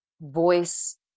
Voice